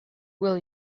will